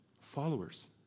Followers